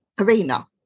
arena